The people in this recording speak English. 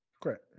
correct